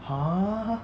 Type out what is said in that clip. !huh!